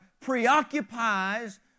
preoccupies